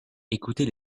écoutez